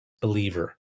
believer